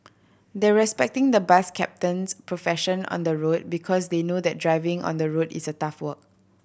they're respecting the bus captain's profession on the road because they know that driving on the road is a tough work